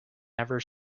never